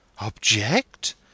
Object